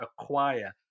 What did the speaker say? acquire